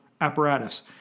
apparatus